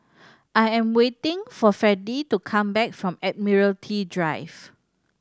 I am waiting for Freddie to come back from Admiralty Drive